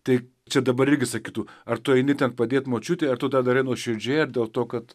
tai čia dabar irgi sakytų ar tu eini ten padėt močiutei ar tu tą darai nuoširdžiai ar dėl to kad